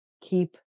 keep